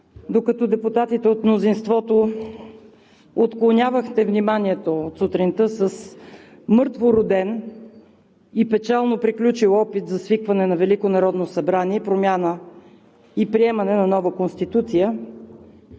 Докато депутатите от мнозинството отклонявахте вниманието от сутринта с мъртвороден и печално приключил опит за свикване на Велико народно събрание, промяна и приемане на нова Конституция,